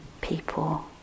people